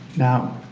now,